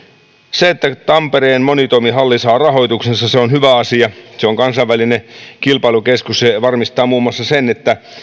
se että tampereen monitoimihalli saa rahoituksensa on hyvä asia se on kansainvälinen kilpailukeskus se varmistaa muun muassa sen että